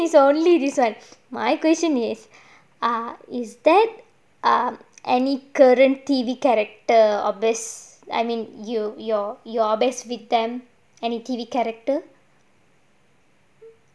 no no no my question is only this one my question is err is there err any current T_V character or best I mean you your your best with them any T_V character